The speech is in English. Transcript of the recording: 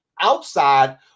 outside